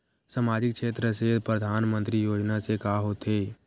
सामजिक क्षेत्र से परधानमंतरी योजना से का होथे?